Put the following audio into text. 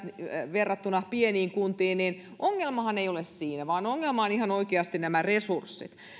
verrattuna pieniin kuntiin niin ongelmahan ei ole siinä vaan ongelma on ihan oikeasti nämä resurssit